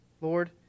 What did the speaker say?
Lord